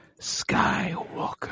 Skywalker